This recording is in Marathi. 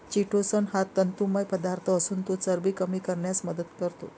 चिटोसन हा तंतुमय पदार्थ असून तो चरबी कमी करण्यास मदत करतो